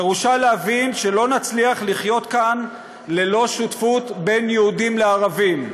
פירושה להבין שלא נצליח לחיות כאן ללא שותפות בין יהודים לערבים.